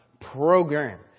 program